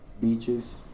beaches